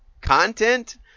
content